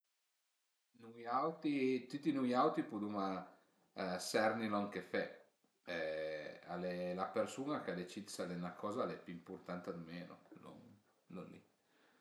Nui autri, tüti nui autri puduma serni lon chë fe, al e la persun-a ch'a decid së 'na coza al e pi ëmpurtanta o menu, tüt lon li